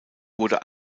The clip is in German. wurde